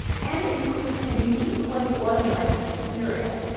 and includes a unique way to organize the material.